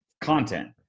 content